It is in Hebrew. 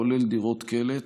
כולל דירות קלט.